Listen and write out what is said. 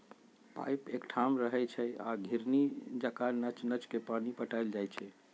pipe एकठाम रहै छइ आ घिरणी जका नच नच के पानी पटायल जाइ छै